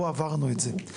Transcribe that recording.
עברנו את זה.